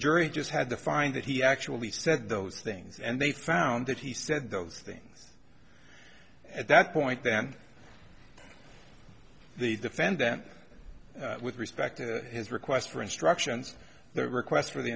jury just had to find that he actually said those things and they found that he said those things at that point then the defendant with respect to his request for instructions the request for the